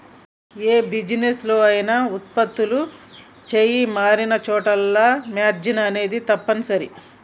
యే బిజినెస్ లో అయినా వుత్పత్తులు చెయ్యి మారినచోటల్లా మార్జిన్ అనేది తప్పనిసరి